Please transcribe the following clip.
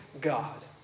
God